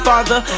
Father